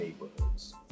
neighborhoods